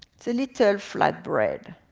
it's a little flat bread,